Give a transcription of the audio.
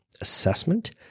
assessment